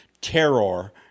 terror